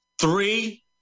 Three